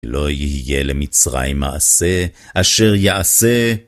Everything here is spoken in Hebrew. לא יהיה למצרים מעשה, אשר יעשה.